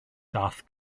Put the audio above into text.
daeth